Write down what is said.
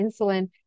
insulin